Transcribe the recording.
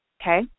Okay